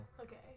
Okay